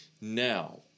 Now